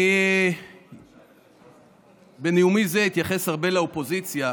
אני בנאומי זה אתייחס הרבה לאופוזיציה,